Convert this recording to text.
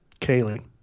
kaylee